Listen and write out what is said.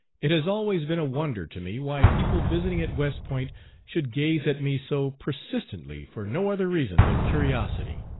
it has always been a wonder to me why people visiting at west point should gaze at me so persistently for no other reason than curiosity.